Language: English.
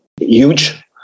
huge